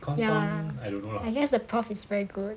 ya I guess the prof is very good